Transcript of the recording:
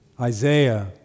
Isaiah